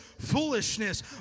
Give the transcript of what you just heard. foolishness